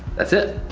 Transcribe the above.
that's it,